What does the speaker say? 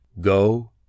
Go